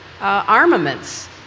armaments